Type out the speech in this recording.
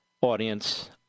audience